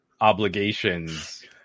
obligations